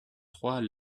trois